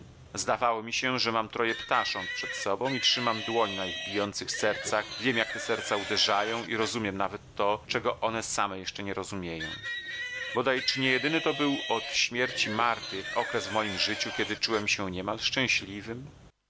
zdawało mi się że mam troje ptasząt przed sobą i trzymam dłoń na ich bijących sercach wiem jak te serca uderzają i rozumiem nawet to czego one same jeszcze nie rozumieją bodaj czy nie jedyny to był od śmierci marty okres w moim życiu kiedy czułem się niemal szczęśliwym